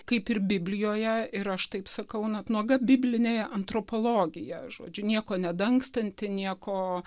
kaip ir biblijoje ir aš taip sakau na nuoga biblinė antropologija žodžiu nieko nedangstanti nieko